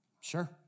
Sure